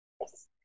Yes